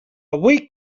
avui